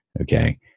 okay